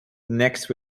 next